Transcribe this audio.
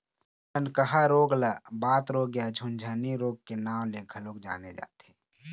झनकहा रोग ल बात रोग या झुनझनी रोग के नांव ले घलोक जाने जाथे